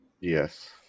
Yes